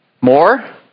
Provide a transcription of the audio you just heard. More